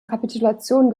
kapitulation